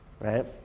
right